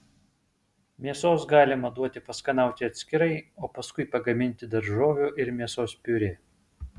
mėsos galima duoti paskanauti atskirai o paskui pagaminti daržovių ir mėsos piurė